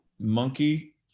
Monkey